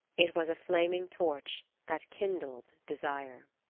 it was a flaming torch that kindled desire.